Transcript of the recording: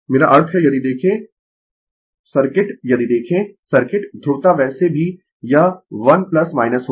मेरा अर्थ है यदि देखें सर्किट यदि देखें सर्किट ध्रुवता वैसे भी यह 1 होगी